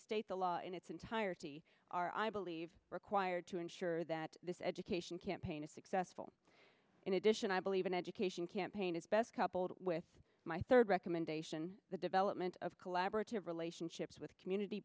state the law in its entirety are i believe required to ensure that this education campaign is successful in addition i believe in education campaign is best coupled with my third recommendation the development of collaborative relationships with community